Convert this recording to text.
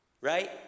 right